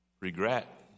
regret